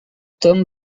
tom